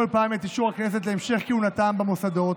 פעם את אישור הכנסת להמשך כהונתם במוסדות,